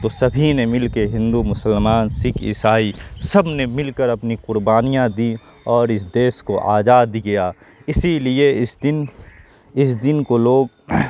تو سبھی نے مل کے ہندو مسلمان سکھ عیسائی سب نے مل کر اپنی قربانیاں دیں اور اس دیش کو آزاد کیا اسی لیے اس دن اس دن کو لوگ